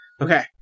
Okay